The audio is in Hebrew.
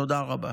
תודה רבה.